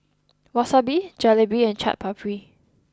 Wasabi Jalebi and Chaat Papri